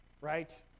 Right